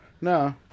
No